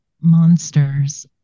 monsters